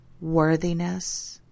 worthiness